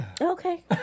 Okay